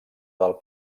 del